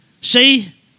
See